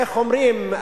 איך אומרים,